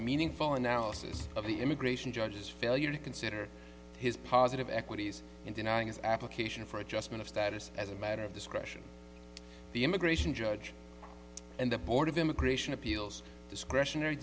meaningful analysis of the immigration judges failure to consider his positive equities in denying his application for adjustment of status as a matter of discretion the immigration judge and the board of immigration appeals discretionary